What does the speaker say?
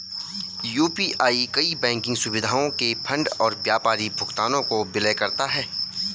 UPI कई banking सुविधाओं के फंड और व्यापारी भुगतानों को विलय करता है